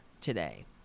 today